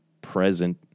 present